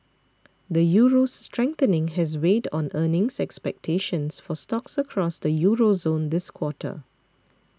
the Euro's strengthening has weighed on earnings expectations for stocks across the Euro zone this quarter